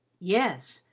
yes,